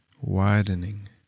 widening